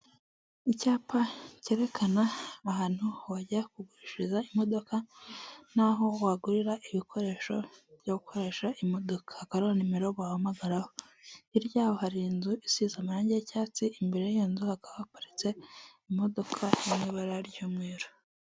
Umunsi umwe gusa, ubura umunsi umwe gusa, kugira ngo wishyure umusoro wawe wa bibiri na makumyabiri na Kane, ukaba usabwa kwishyura no kudekarara umusoro mbere y’igihe cyagenwe, wirinde amande.